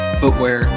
footwear